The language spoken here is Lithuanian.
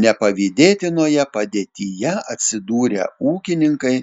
nepavydėtinoje padėtyje atsidūrę ūkininkai